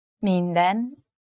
minden